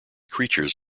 creatures